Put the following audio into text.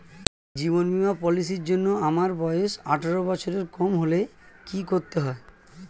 জীবন বীমা পলিসি র জন্যে আমার বয়স আঠারো বছরের কম হলে কি করতে হয়?